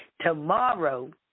tomorrow